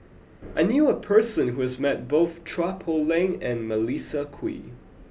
I knew a person who has met both Chua Poh Leng and Melissa Kwee